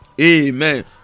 Amen